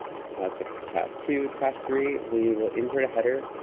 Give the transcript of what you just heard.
so that's it for task two. task three we will insert a header,